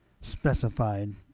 specified